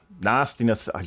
nastiness